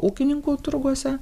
ūkininkų turguose